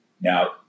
Now